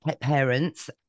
parents